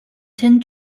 ten